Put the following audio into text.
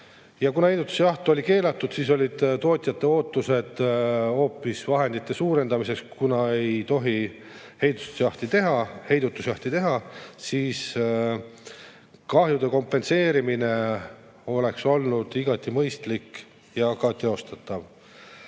Ja kuna heidutusjaht oli keelatud, siis ootasid tootjad hoopis vahendite suurendamist. Kuna ei tohi heidutusjahti teha, siis kahjude kompenseerimine oleks olnud igati mõistlik ja teostatav.